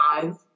five